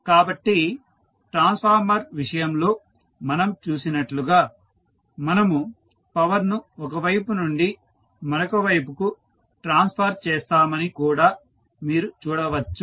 కాబట్టి ట్రాన్స్ఫార్మర్ విషయంలో మనం చూసినట్లుగా మనము పవర్ ను ఒక వైపు నుండి మరొక వైపుకు ట్రాన్స్ఫర్ చేస్తామని కూడా మీరు చూడవచ్చు